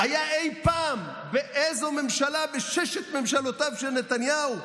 אי פעם, באיזו ממשלה, בשש ממשלותיו של נתניהו,